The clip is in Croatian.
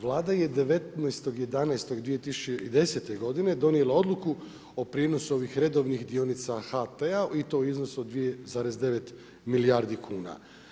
Vlada je 19.11.2010. godine donijela odluku o prijenosu ovih redovnih dionica HT-a i to u iznosu od 2,9 milijardi kuna.